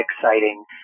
exciting